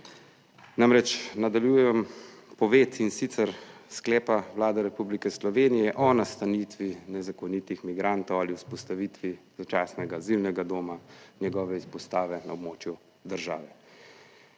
Namreč nadaljujem poved, in sicer sklepa Vlade Republike Slovenije o nastanitvi nezakonitih migrantov ali vzpostavitvi začasnega azilnega doma, njegove izpostave na območju države.